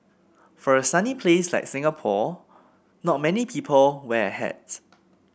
for a sunny place like Singapore not many people wear a hat